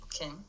Okay